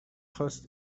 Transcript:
خواست